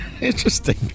Interesting